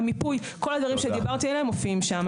המיפוי, כל הדברים שדיברת עליהם מופיעים שם.